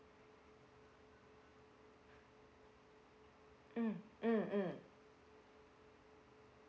mm mm mm